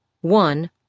one